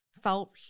felt